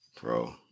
Bro